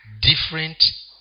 different